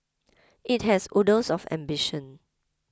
it has oodles of ambition